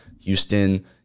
Houston